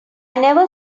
never